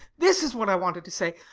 this is what i wanted to say.